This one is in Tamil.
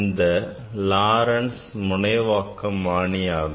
இந்த Laurents முனைவாக்கமாணியாகும்